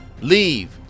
leave